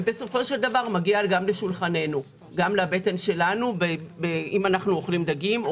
בסופו של דבר זה חוזר לשולחננו אם אנחנו אוכלים דגים.